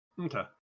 Okay